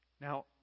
Now